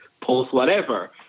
post-whatever